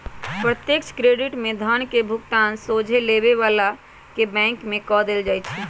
प्रत्यक्ष क्रेडिट में धन के भुगतान सोझे लेबे बला के बैंक में कऽ देल जाइ छइ